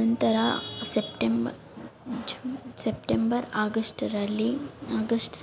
ನಂತರ September June September ಆಗಸ್ಟರಲ್ಲಿ August